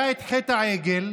היה את חטא העגל,